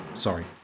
sorry